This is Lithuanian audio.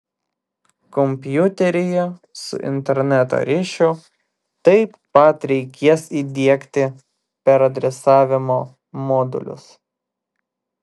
kompiuteryje su interneto ryšiu taip pat reikės įdiegti peradresavimo modulius